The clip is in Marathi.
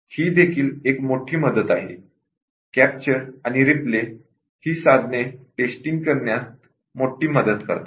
ही देखील एक मोठी मदत आहे कॅप्चर आणि रीप्ले ही साधने टेस्टींग करण्यात मोठी मदत करतात